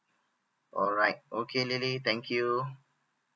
alright okay lily thank you